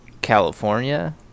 california